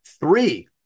three